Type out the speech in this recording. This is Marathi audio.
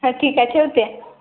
हां ठीक आहे ठेवते